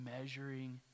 measuring